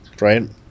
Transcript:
right